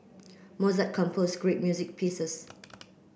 Mozart composed great music pieces